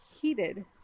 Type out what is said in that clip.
heated